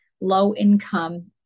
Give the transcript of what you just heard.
low-income